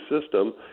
system